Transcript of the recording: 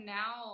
now